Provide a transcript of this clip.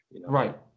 Right